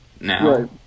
now